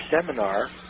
seminar